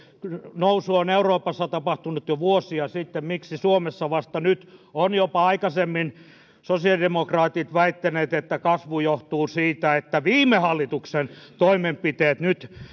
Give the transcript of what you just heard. nousu on euroopassa tapahtunut jo vuosia sitten miksi suomessa vasta nyt ovat aikaisemmin sosiaalidemokraatit väittäneet jopa että kasvu johtuu siitä että viime hallituksen toimenpiteet nyt